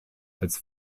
als